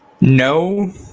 No